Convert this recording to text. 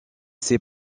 ses